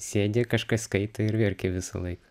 sėdi kažką skaito ir verkia visąlaik